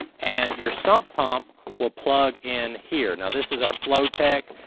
and your sump pump will plug in here. now, this is our flotec,